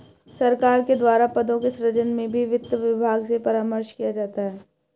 सरकार के द्वारा पदों के सृजन में भी वित्त विभाग से परामर्श किया जाता है